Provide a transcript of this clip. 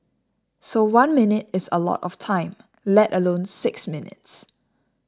so one minute is a lot of time let alone six minutes